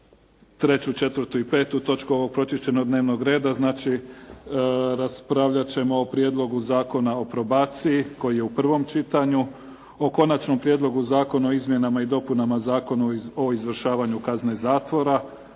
treću, četvrtu i petu točku ovog pročišćenog dnevnog reda. Znači, raspravljat ćemo o - Prijedlog zakona o probaciji, prvo čitanje, P.Z.E. br. 332 - Konačni prijedlog zakona o izmjenama i dopunama zakona o izvršavanju kazne zatvora,